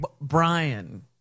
Brian